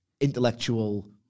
intellectual